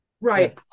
right